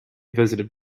visited